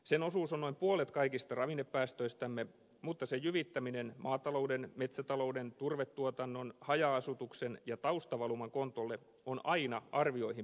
sen osuus on noin puolet kaikista ravinnepäästöistämme mutta sen jyvittäminen maatalouden metsätalouden turvetuotannon haja asutuksen ja taustavaluman kontolle on aina arvioihin perustuvaa